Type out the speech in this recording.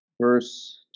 Verse